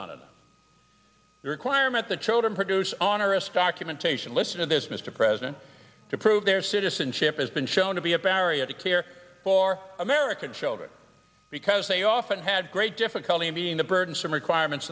on a requirement that children produce on a risk documentation listen to this mr president to prove their citizenship has been shown to be a barrier to care for american children because they often had great difficulty in getting the burdensome requirements